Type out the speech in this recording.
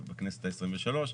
בכנסת ה-23,